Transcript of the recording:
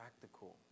practical